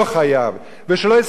ושלא יספרו לי על שוויון,